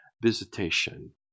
visitation